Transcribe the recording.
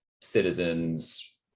citizens